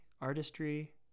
artistry